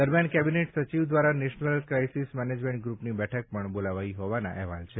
દરમ્યાન કેબિનેટ સચિવ દ્વારા નેશનલ ક્રાઇસિસ મેનેજમેન્ટ ગ્રુપની બેઠક પણ બોલાવાઇ હોવાના અહેવાલ છે